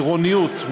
עירוניות,